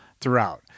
throughout